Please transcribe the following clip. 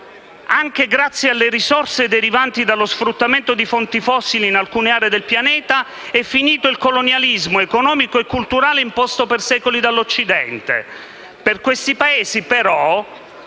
Anche grazie alle risorse derivanti dallo sfruttamento di fonti fossili in alcune aree del pianeta è finito il colonialismo economico e culturale imposto per secoli dall'Occidente. Per questi Paesi però,